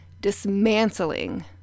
dismantling